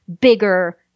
bigger